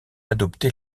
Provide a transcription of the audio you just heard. adopté